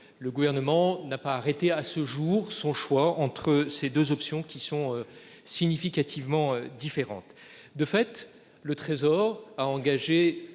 le gouvernement n'a pas arrêté à ce jour son choix entre ces 2 options qui sont significativement différente. De fait, le Trésor a engagé